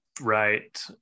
right